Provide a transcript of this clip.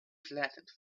flattened